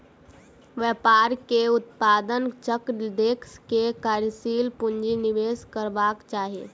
व्यापार के उत्पादन चक्र देख के कार्यशील पूंजी निवेश करबाक चाही